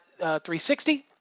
360